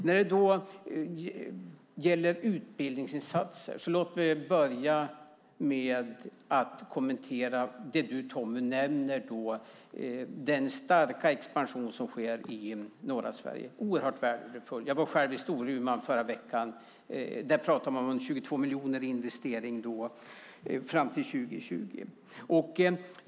När det gäller utbildningsinsatser vill jag börja med att kommentera den starka expansion i norra Sverige som du nämner, Tommy. Den är oerhört värdefull. Jag var själv i Storuman förra veckan. Där talar man om 22 miljoner i investering fram till 2020.